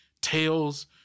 tales